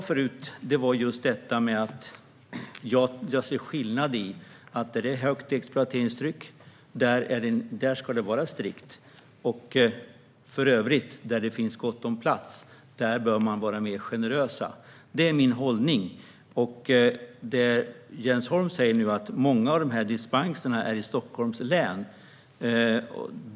Fru talman! Jag sa att jag ser en skillnad i att där det är ett högt exploateringstryck ska det vara strikt. För övrigt där det finns gott om plats bör man vara mer generös. Det är min hållning. Jens Holm säger att många av dispenserna finns i Stockholms län.